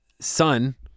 son